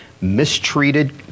mistreated